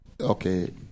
okay